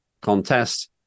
contest